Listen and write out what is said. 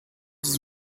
dix